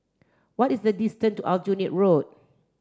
what is the distant to Aljunied Road